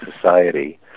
society